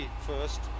first